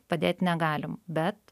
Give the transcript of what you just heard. padėt negalim bet